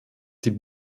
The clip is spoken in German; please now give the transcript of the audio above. die